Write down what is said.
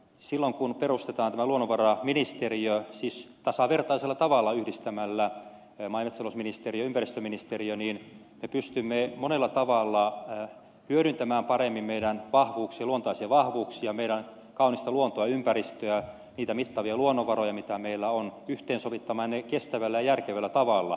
silloin kun perustetaan tämä luonnonvaraministeriö tasavertaisella tavalla yhdistämällä maa ja metsätalousministeriö ja ympäristöministeriö niin me pystymme monella tavalla hyödyntämään paremmin meidän luontaisia vahvuuksiamme meidän kaunista luontoa ja ympäristöä niitä mittavia luonnonvaroja mitä meillä on yhteensovittamalla ne kestävällä ja järkevällä tavalla